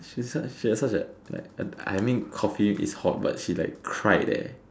I mean Coffee is hot but she like cried